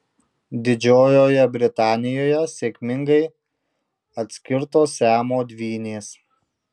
didžiojoje britanijoje sėkmingai atskirtos siamo dvynės